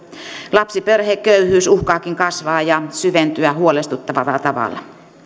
lapsiperheköyhyys uhkaakin kasvaa ja syventyä huolestuttavalla tavalla